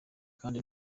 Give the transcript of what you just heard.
kandi